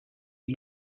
est